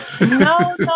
No